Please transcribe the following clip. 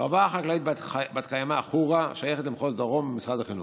החווה החקלאית בת-קיימא חורה שייכת למחוז דרום משרד החינוך.